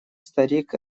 старик